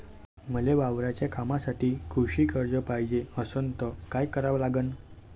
मले वावराच्या कामासाठी कृषी कर्ज पायजे असनं त काय कराव लागन?